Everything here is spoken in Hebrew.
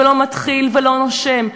ולא מתחיל ולא נושם,